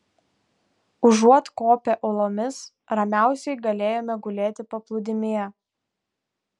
užuot kopę uolomis ramiausiai galėjome gulėti paplūdimyje